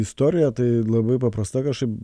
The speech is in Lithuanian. istorija tai labai paprasta kažkaip